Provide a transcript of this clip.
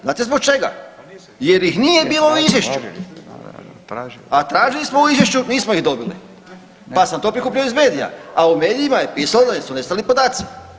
Znate zbog čega? ... [[Upadica se ne čuje.]] Jer ih nije bilo u Izvješću! ... [[Upadica se ne čuje.]] A tražili smo u Izvješću, nismo ih dobili pa sam to prikupio iz medija, a u medijima je pisalo da su nestali podaci.